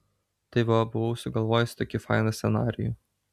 tai va buvau sugalvojusi tokį fainą scenarijų